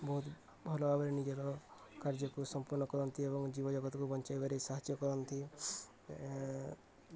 ବହୁତ ଭଲ ଭାବରେ ନିଜର କାର୍ଯ୍ୟକୁ ସମ୍ପୂର୍ଣ୍ଣ କରନ୍ତି ଏବଂ ଜୀବଜଗତକୁ ବଞ୍ଚାଇବାରେ ସାହାଯ୍ୟ କରନ୍ତି